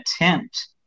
attempt